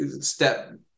step